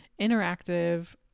interactive